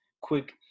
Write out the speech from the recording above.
quick